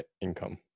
income